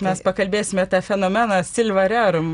mes pakalbėsime tą fenomeną silva rerum